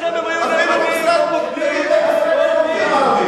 מישהו מעז לדבר כמוכם בארצות ערב?